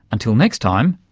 until next time,